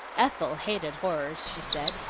ethel hated horrors, she said,